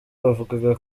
bavugaga